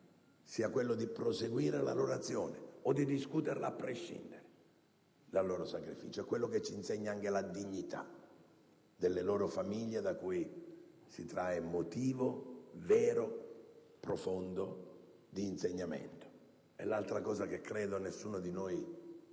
sia quello di proseguire la loro azione o di discuterla a prescindere dal loro sacrificio. Questo è quello che ci insegna anche la dignità delle loro famiglie, da cui si trae motivo vero e profondo d'insegnamento. L'altra cosa che credo nessuno di noi voglia